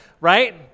right